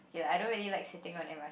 okay lah I don't really like sitting on m_r_t